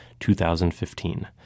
2015